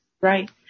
Right